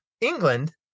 England